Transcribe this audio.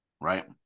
Right